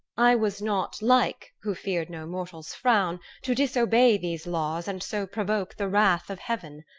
i was not like, who feared no mortal's frown, to disobey these laws and so provoke the wrath of heaven.